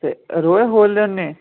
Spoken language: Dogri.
ते रोज खोह्लने होन्ने